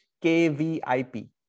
k-v-i-p